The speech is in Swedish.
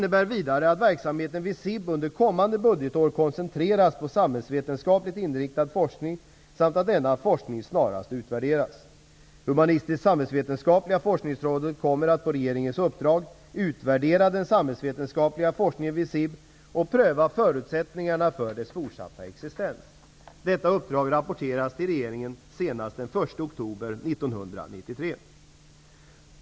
under kommande budgetår koncentreras på samhällsvetenskapligt inriktad forskning samt att denna forskning snarast utvärderas. Humanistisksamhällsvetenskapliga forskningsrådet kommer på regeringens uppdrag att utvärdera den samhällsvetenskapliga forskningen vid SIB och pröva förutsättningarna för dess fortsatta existens. Detta uppdrag rapporteras till regeringen senast den 1 oktober 1993.